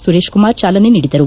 ಸುರೇಶ್ಕುಮಾರ್ ಚಾಲನೆ ನೀಡಿದರು